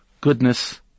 goodness